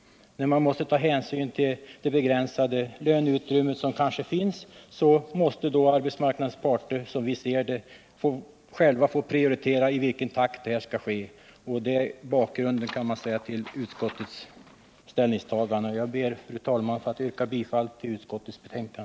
Eftersom man är tvungen att ta hänsyn till ett kanske begränsat löneutrymme måste alltså, enligt vår mening, arbetsmarknadens parter själva få prioritera och bestämma i vilken takt en arbetstidsförkortning skall förverkligas. Man kan säga att detta är bakgrunden till utskottets ställningstagande. Jag ber, fru talman, att få yrka bifall till utskottets hemställan.